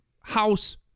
house